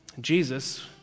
Jesus